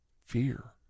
fear